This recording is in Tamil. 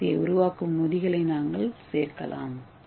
ஏ வரிசையை உருவாக்கும் நொதிகளை நாங்கள் சேர்க்கலாம்